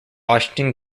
washington